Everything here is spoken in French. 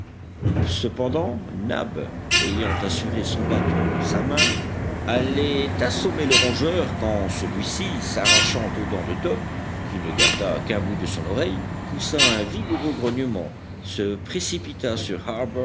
cependant nab ayant assuré son bâton dans sa main allait assommer le rongeur quand celui-ci s'arrachant aux dents de top qui ne garda qu'un bout de son oreille poussa un vigoureux grognement se précipita sur